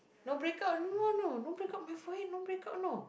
no breakout no more know no breakout on my forehead no breakout know